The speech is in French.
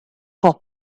pour